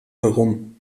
herum